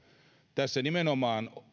tässä nimenomaan